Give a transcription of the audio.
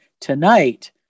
tonight